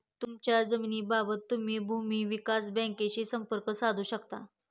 तुमच्या जमिनीबाबत तुम्ही भूमी विकास बँकेशीही संपर्क साधू शकता